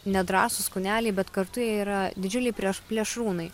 nedrąsūs kūneliai bet kartu jie yra didžiuliai prieš plėšrūnai